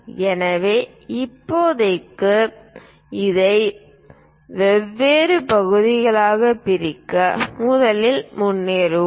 எனவே இப்போதைக்கு இதை வெவ்வேறு பகுதிகளாகப் பிரிக்க முதலில் முன்னேறுவோம்